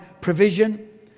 provision